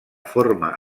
forma